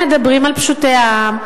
מדברים על פשוטי העם,